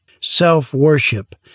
self-worship